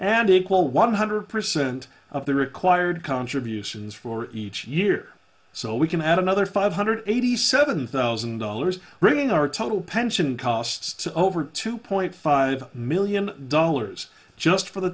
and equal one hundred percent of the required contributions for each year so we can add another five hundred eighty seven thousand dollars wringing our total pension costs to over two point five million dollars just for the